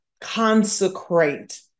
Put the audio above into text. consecrate